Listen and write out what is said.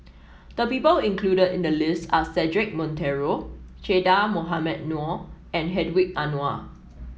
the people included in the list are Cedric Monteiro Che Dah Mohamed Noor and Hedwig Anuar